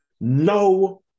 no